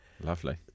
Lovely